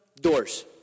doors